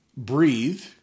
Breathe